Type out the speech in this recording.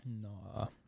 no